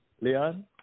Leon